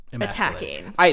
attacking